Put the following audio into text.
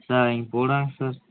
sir இங்கே போடுறாங்க sir